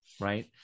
right